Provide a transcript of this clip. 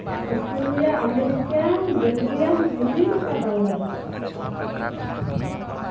Australia America Belgium Chile ᱟᱨ ᱵᱟᱝᱞᱟᱫᱮᱥ